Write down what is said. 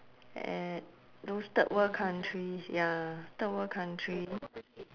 at those third world countries ya third world country